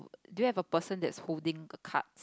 do you have a person that's holding a card